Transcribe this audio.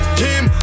team